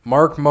Mark